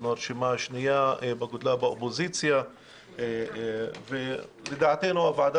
אנחנו הרשימה השנייה בגודלה באופוזיציה ולדעתנו הוועדה